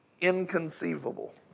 inconceivable